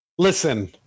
Listen